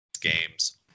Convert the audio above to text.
games